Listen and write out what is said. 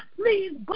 please